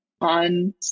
on